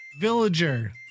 Villager